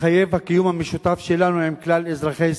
מחייב הקיום המשותף שלנו עם כלל אזרחי ישראל,